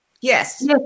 Yes